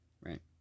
Right